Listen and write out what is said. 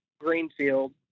greenfield